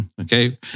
okay